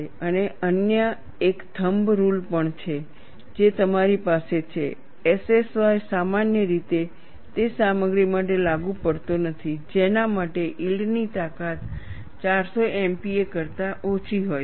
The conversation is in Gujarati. અને અન્ય એક થંબ રૂલ પણ છે જે તમારી પાસે છે SSY સામાન્ય રીતે તે સામગ્રી માટે લાગુ પડતો નથી જેના માટે યીલ્ડની તાકાત 400 MPa કરતા ઓછી હોય છે